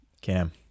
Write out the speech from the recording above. Cam